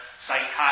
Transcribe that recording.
Psychotic